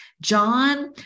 John